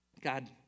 God